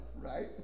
right